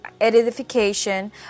edification